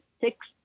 six